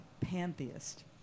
pantheist